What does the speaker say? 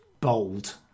bold